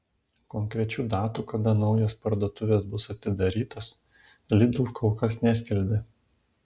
konkrečių datų kada naujos parduotuvės bus atidarytos lidl kol kas neskelbia